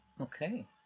okay